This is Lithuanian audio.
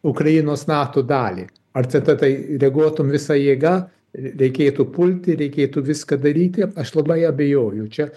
ukrainos nato dalį ar tada tai reaguotum visa jėga r reikėtų pulti reikėtų viską daryti aš labai abejoju čia